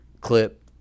clip